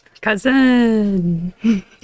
Cousin